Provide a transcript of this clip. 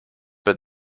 but